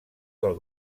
del